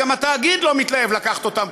גם התאגיד לא מתלהב לקחת אותם,